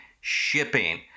shipping